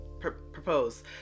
propose